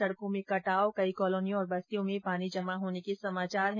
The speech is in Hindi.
सड़कों में कटाव कई कॉलोनियों और बस्तियों में पानी जमा हो गया है